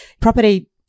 property